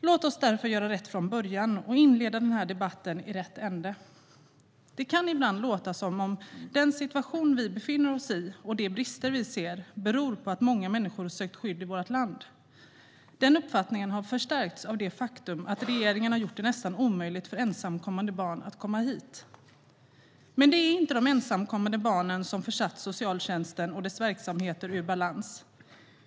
Låt oss därför göra rätt från början och inleda den här debatten i rätt ände. Det kan ibland låta som om den situation vi befinner oss i och de brister vi ser beror på att många människor sökt skydd i vårt land. Denna uppfattning har förstärkts av det faktum att regeringen gjort det nästan omöjligt för ensamkommande barn att komma hit. Men det är inte de ensamkommande barnen som satt socialtjänsten och dess verksamheter ur balans.